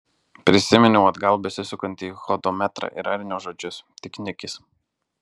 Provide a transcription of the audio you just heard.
prisiminiau atgal besisukantį hodometrą ir arnio žodžius tik nikis